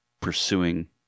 pursuing